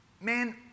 man